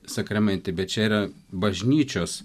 sakramente bet čia yra bažnyčios